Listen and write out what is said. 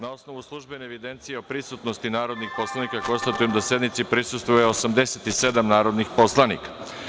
Na osnovu službene evidencije o prisutnosti narodnih poslanika, konstatujem da sednici prisustvuje 87 narodnih poslanika.